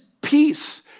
peace